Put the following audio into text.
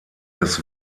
des